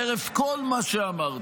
חרף כל מה שאמרתי,